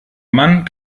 mann